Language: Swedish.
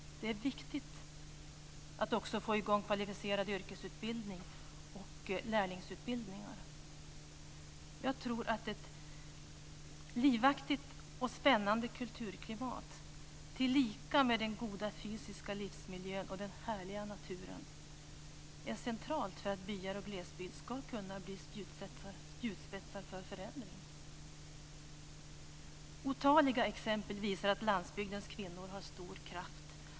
Det är viktigt att också få i gång kvalificerad yrkesutbildning och lärlingsutbildningar. Jag tror att ett livskraftigt och spännande kulturklimat, tillika med den goda fysiska livsmiljön och den härliga naturen, är centralt för att byar och glesbygd ska kunna bli spjutspetsar för förändring. Otaliga exempel visar att landsbygdens kvinnor har stor kraft.